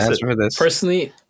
Personally